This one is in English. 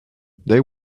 they